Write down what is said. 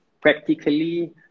practically